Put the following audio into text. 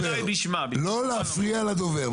לא להפריע לדובר.